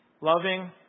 Loving